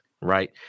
right